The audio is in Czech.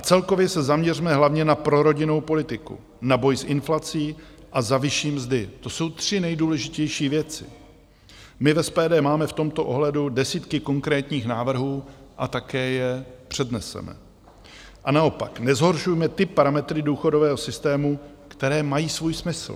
Celkově se zaměřme hlavně na prorodinnou politiku, na boj s inflací a za vyšší mzdy, to jsou tři nejdůležitější věci my v SPD máme v tomto ohledu desítky konkrétních návrhů a také je předneseme a naopak nezhoršujme ty parametry důchodového systému, které mají svůj smysl.